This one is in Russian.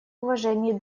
уважению